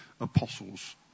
apostles